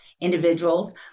individuals